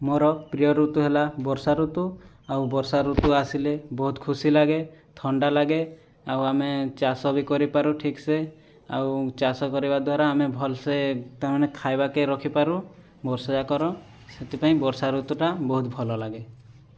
ମୋ'ର ପ୍ରିୟ ଋତୁ ହେଲା ବର୍ଷା ଋତୁ ଆଉ ବର୍ଷା ଋତୁ ଆସିଲେ ବହୁତ ଖୁସି ଲାଗେ ଥଣ୍ଡା ଲାଗେ ଆଉ ଆମେ ଚାଷ ବି କରିପାରୁ ଠିକସେ ଆଉ ଚାଷ କରିବା ଦ୍ୱାରା ଆମେ ଭଲସେ ତା' ମାନେ ଖାଇବାକୁ ରଖିପାରୁ ବର୍ଷଯାକର ସେଥିପାଇଁ ବର୍ଷା ଋତୁଟା ବହୁତ ଭଲ ଲାଗେ